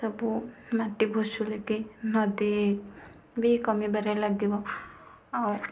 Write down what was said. ସବୁ ମାଟି ଭୁସୁଡ଼ିକି ନଦୀ ବି କମିବାରେ ଲାଗିବ ଆଉ